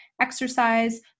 exercise